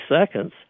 seconds